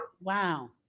wow